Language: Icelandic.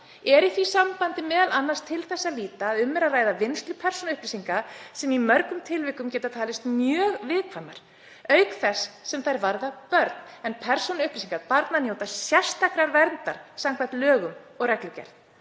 Er í því sambandi meðal annars til þess að líta að um er að ræða vinnslu persónuupplýsinga sem í mörgum tilvikum geta talist mjög viðkvæmar, auk þess sem þær varða börn, en persónuupplýsingar barna njóta sérstakrar verndar samkvæmt ákvæðum laga nr.